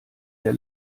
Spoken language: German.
der